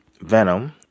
Venom